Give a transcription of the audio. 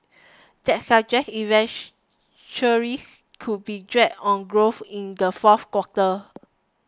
that suggests inventories could be drag on growth in the fourth quarter